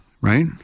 right